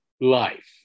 life